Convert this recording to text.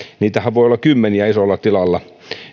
niitähän voi olla kymmeniä isolla tilalla